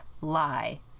lie